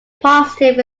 positive